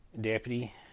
Deputy